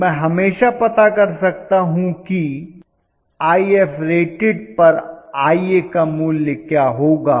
तो मैं हमेशा पता कर सकता हूं कि Ifrated पर Ia का मूल्य क्या होगा